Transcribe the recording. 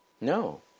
No